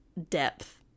Depth